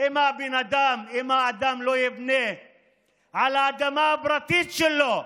אם האדם לא יבנה על האדמה הפרטית שלו?